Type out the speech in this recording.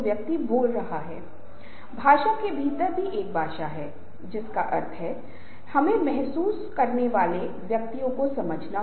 विभिन्न प्रकार के समूह हैं और विभिन्न प्रयोजनों के लिए विभिन्न प्रकार के समूह बनाने के लिए अलग अलग संचार रणनीतियाँ की जाती हैं